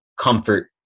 comfort